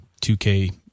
2K